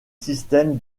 système